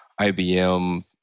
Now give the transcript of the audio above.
IBM